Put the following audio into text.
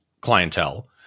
clientele